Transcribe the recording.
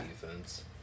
defense